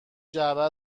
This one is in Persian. جعبه